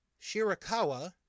Shirakawa